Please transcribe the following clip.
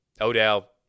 Odell